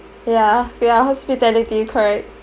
ya ya hospitality correct